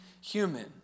human